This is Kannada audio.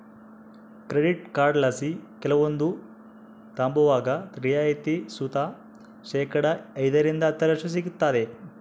ಕ್ರೆಡಿಟ್ ಕಾರ್ಡ್ಲಾಸಿ ಕೆಲವೊಂದು ತಾಂಬುವಾಗ ರಿಯಾಯಿತಿ ಸುತ ಶೇಕಡಾ ಐದರಿಂದ ಹತ್ತರಷ್ಟು ಸಿಗ್ತತೆ